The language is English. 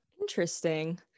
interesting